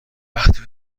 وقتی